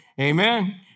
amen